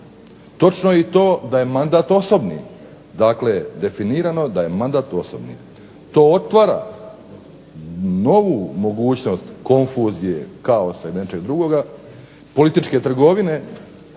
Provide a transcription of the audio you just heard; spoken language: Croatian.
Točno je i to da je mandat osobni, dakle definirano je da je mandat osobni. To otvara novu mogućnost konfuzije, kaosa i nečeg drugoga, političke trgovine,